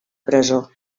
presó